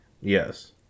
yes